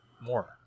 more